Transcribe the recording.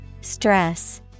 stress